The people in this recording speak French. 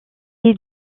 est